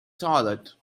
toilet